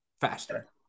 faster